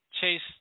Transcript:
chase